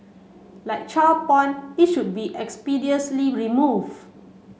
like child porn it should be expeditiously removed